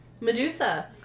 Medusa